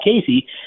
Casey